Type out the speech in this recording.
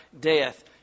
death